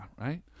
right